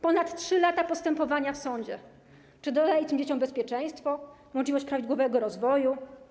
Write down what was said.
Ponad 3 lata na postępowanie w sądzie - czy to daje tym dzieciom bezpieczeństwo, możliwość prawidłowego rozwoju?